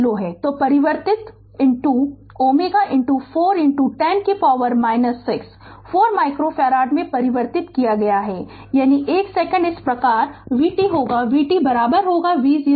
तो परिवर्तित Ω 4 10 कि पॉवर 6 4 माइक्रो फैराड में परिवर्तित किया गया यानी 1 सेकंड इस प्रकार vt होगा vt v0 e tτ के लिए व्यंजक